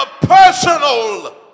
personal